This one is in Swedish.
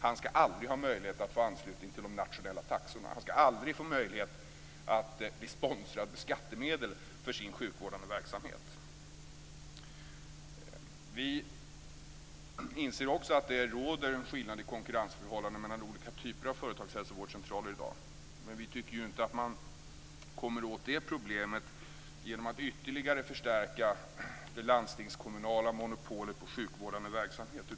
Han ska aldrig ha möjlighet att få anslutning till de nationella taxorna och aldrig få möjlighet att bli sponsrad med skattemedel för sin sjukvårdande verksamhet. Vi inser att det råder en skillnad i fråga om konkurrensförhållandena mellan olika typer av företagshälsovårdscentraler i dag men vi tycker inte att man kommer åt det problemet genom att ytterligare förstärka det landstingskommunala monopolet på sjukvårdande verksamhet.